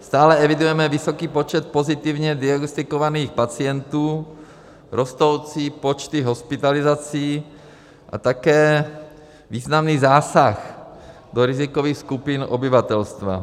Stále evidujeme vysoký počet pozitivně diagnostikovaných pacientů, rostoucí počty hospitalizací a také významný zásah do rizikových skupin obyvatelstva.